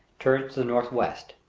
turns to the northwest,